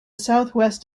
southwest